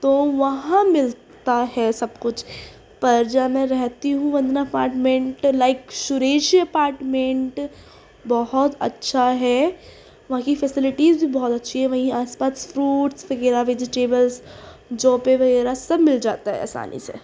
تو وہاں ملتا ہے سب کچھ پر جہاں میں رہتی ہوں Vandana apartment like Shrees apartment بہت اچھا ہے وہاں کی فیسلیٹیز بھی بہت اچھی ہیں وہیں آس پاس فروٹس وغیرہ ویجیٹیبلس جابیں وغیرہ سب مل جاتا ہے آسانی سے